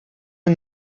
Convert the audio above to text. who